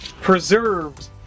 preserved